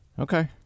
Okay